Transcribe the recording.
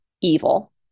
evil